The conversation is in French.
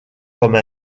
comme